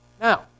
Now